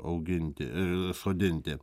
auginti sodinti